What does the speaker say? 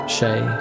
Shay